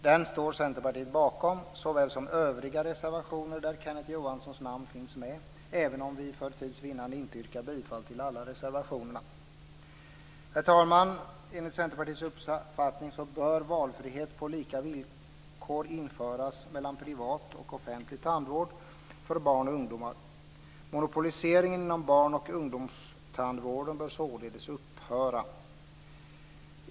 Den står Centerpartiet bakom, såväl som övriga reservationer där Kenneth Johanssons namn finns med, även om vi för tids vinnande inte yrkar bifall till alla reservationerna. Herr talman! Enligt Centerpartiets uppfattning bör valfrihet på lika villkor införas mellan privat och offentlig tandvård för barn och ungdomar. Monopoliseringen inom barn och ungdomstandvården bör således upphöra.